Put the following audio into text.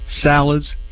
salads